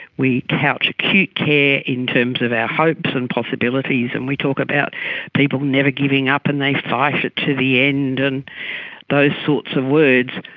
we couch acute care in terms of our hopes and possibilities and we talk about people never giving up and they fight it to the end and those sorts of words,